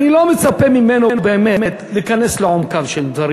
אני לא מצפה ממנו באמת להיכנס לעומקם של דברים.